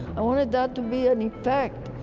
i wanted that to be an effect,